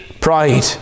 pride